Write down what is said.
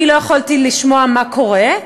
אני לא יכולתי לשמוע מה קורה,